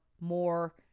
more